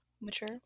mature